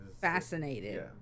fascinated